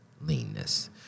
leanness